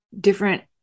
different